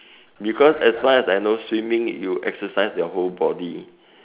because as far as I know swimming you exercise your whole body